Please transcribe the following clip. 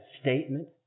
statement